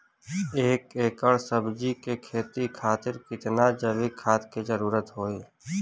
एक एकड़ सब्जी के खेती खातिर कितना जैविक खाद के जरूरत होई?